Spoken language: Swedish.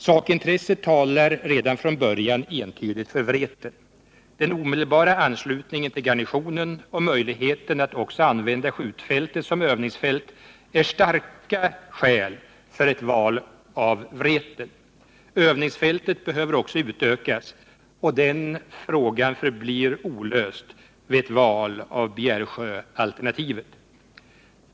Sakintresset talar redan från början entydigt för Vreten. Den omedelbara anslutningen till garnisonen och möjligheten att använda skjutfältet också som övningsfält är starka skäl för ett val av Vreten. Övningsfältet behöver också utökas, och den frågan förblir olöst vid ett val av Bjärsjöalternativet.